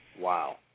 Wow